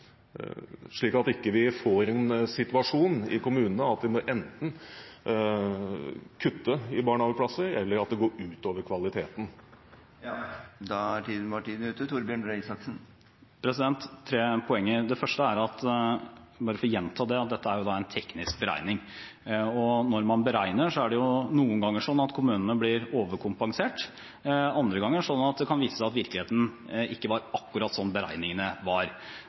slik at vi ikke får en situasjon i kommunene hvor man enten må kutte i barnehageplasser eller at det går ut over kvaliteten? Jeg har tre poenger. Det første er – bare for å gjenta det – at dette er en teknisk beregning. Når man beregner, er det noen ganger slik at kommunene blir overkompensert. Andre ganger kan det vise seg at virkeligheten ikke var akkurat